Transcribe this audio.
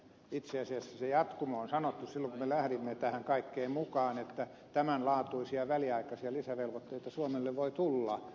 itse asiassa se jatkumo on sanottu silloin kun me lähdimme tähän kaikkeen mukaan että tämänlaatuisia väliaikaisia lisävelvoitteita suomelle voi tulla